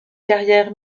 carrière